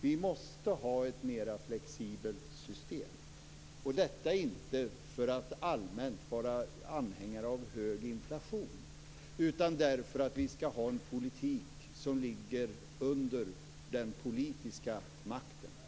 Vi måste ha ett mer flexibelt system - inte för att allmänt vara anhängare av hög inflation, utan därför att vi här skall ha en politik som ligger under den politiska makten.